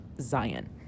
Zion